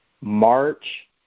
march